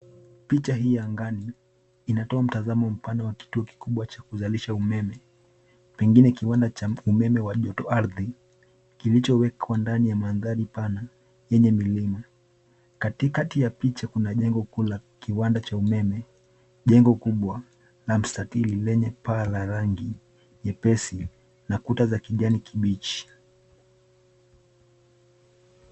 Picha hii ya angani inatoa mtazamo mpana wa kituo kikubwa cha kuzalisha umeme, pengine kiwanda cha umeme wa joto ardhi kilichowekwa ndani ya mandhari pana yenye milima. Katikati ya picha kuna jengo kuu la kiwanda cha umeme. Jengo kubwa la mstatili lenye paa la rangi nyepesi na kuta za kijani kibichi.